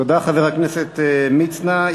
תודה, חבר הכנסת מצנע.